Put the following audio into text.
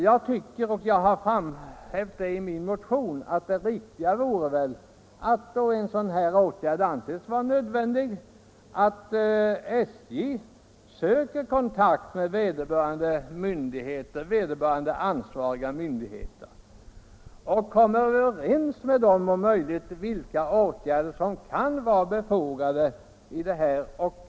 Jag har i min motion framhållit att det riktiga vore att SJ, då en sådan här åtgärd anses nödvändig, tar kontakt med ansvariga myndigheter och kommer överens med dem om vilka åtgärder som kan vara befogade.